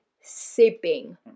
sipping